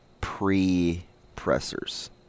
pre-pressers